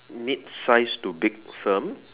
mid size to big firm